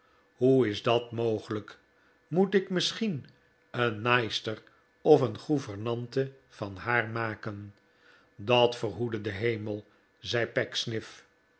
hoe is dat mogelijk moet ik misschien een naaister of een gouvernante van haar maken dat verhoede de hemel zei